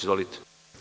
Izvolite.